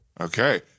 Okay